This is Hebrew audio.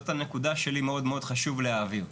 זאת הנקודה שלי מאוד מאוד חשוב להעביר.